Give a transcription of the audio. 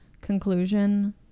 conclusion